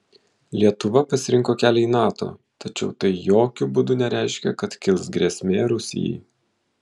lietuva pasirinko kelią į nato tačiau tai jokiu būdu nereiškia kad kils grėsmė rusijai